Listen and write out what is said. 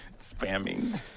Spamming